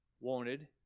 wanted